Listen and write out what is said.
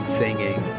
singing